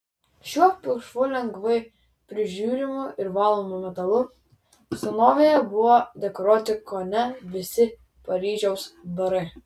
šiuo pilkšvu lengvai prižiūrimu ir valomu metalu senovėje buvo dekoruoti kone visi paryžiaus barai